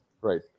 Right